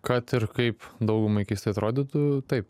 kad ir kaip daugumai keistai atrodytų taip